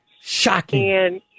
Shocking